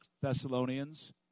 Thessalonians